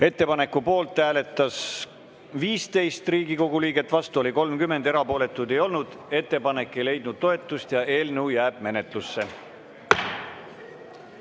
Ettepaneku poolt hääletas 15 Riigikogu liiget, vastu oli 30, erapooletuid ei olnud. Ettepanek ei leidnud toetust ja eelnõu jääb menetlusse.